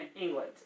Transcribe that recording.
England